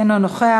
אינו נוכח.